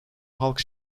halk